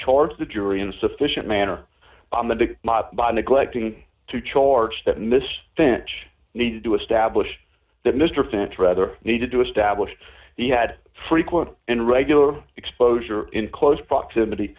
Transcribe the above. charge the jury in sufficient manner on the mob by neglecting to charge that mr finch needed to establish that mr finch rather needed to establish he had frequent and regular exposure in close proximity